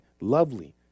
Lovely